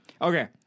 Okay